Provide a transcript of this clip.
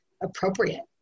appropriate